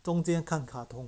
中间看卡通